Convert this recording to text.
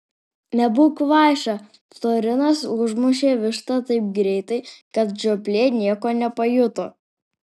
nebūk kvaiša florinas užmušė vištą taip greitai kad žioplė nieko nepajuto